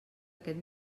aquest